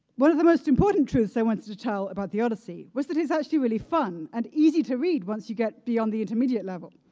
one of the most important truths i wanted to tell about the odyssey was that is actually really fun and easy to read once you get beyond the intermediate level.